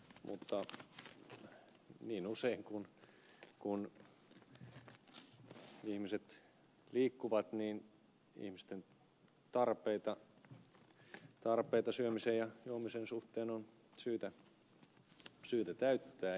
mutta niin usein kun ihmiset liikkuvat ihmisten tarpeita syömisen ja juomisen suhteen on syytä täyttää